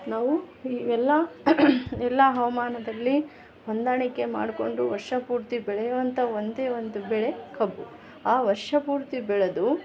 ನಾವು ಇವೆಲ್ಲ ಎಲ್ಲ ಹವಮಾನದಲ್ಲಿ ಹೊಂದಾಣಿಕೆ ಮಾಡಿಕೊಂಡು ವರ್ಷ ಪೂರ್ತಿ ಬೆಳೆಯವಂಥ ಒಂದೇ ಒಂದು ಬೆಳೆ ಕಬ್ಬು ಆ ವರ್ಷ ಪೂರ್ತಿ ಬೆಳೆದು